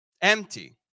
empty